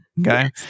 Okay